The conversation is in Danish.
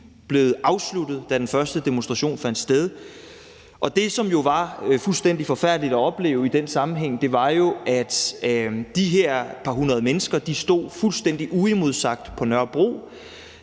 blevet afsluttet, da den første demonstration fandt sted. Det, som var fuldstændig forfærdeligt at opleve i den sammenhæng, var jo, at de her par hundrede mennesker stod fuldstændig uimodsagt på Nørrebro.